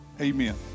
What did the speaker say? amen